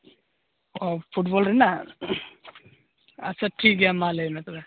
ᱚᱸᱻ ᱯᱷᱩᱴᱵᱚᱞ ᱨᱮᱱᱟᱜ ᱟᱪᱷᱟ ᱴᱷᱤᱠ ᱜᱮᱭᱟ ᱢᱟ ᱞᱟᱹᱭ ᱢᱮ ᱛᱚᱵᱮ